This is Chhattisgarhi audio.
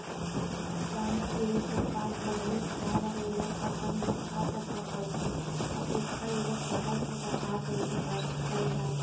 पानी गिरे के बाद बदली छाये रहे ले फसल मा का प्रभाव पड़थे अऊ एखर ले फसल के बचाव कइसे करे जाये?